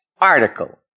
article